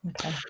okay